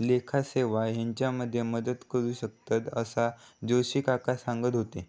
लेखा सेवा हेच्यामध्ये मदत करू शकतंत, असा जोशी काका सांगत होते